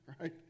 right